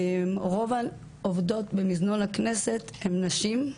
רוב העובדות במזנון הכנסת הן נשים,